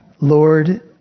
Lord